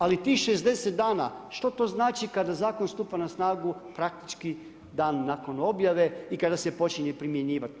Ali tih 60 dana, što to znači, kada zakon stupa na snagu praktički dan nakon objave i kada se počinje primjenjivati.